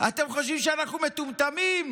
אתם חושבים שאנחנו מטומטמים?